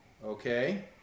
Okay